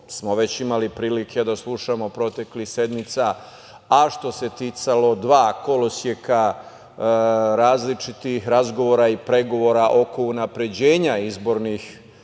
smo već imali prilike da slušamo proteklih sedmica, a što se ticalo dva koloseka, različitih razgovora i pregovora oko unapređenja izbornih